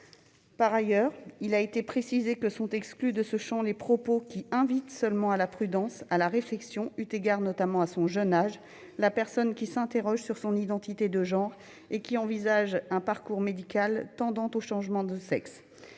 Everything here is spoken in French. sera poursuivi en tant que tel. Sont exclus de ce champ les propos qui invitent simplement à la prudence, à la réflexion, eu égard notamment à son jeune âge, la personne qui s'interroge sur son identité de genre et qui envisage un parcours médical tendant au changement de sexe.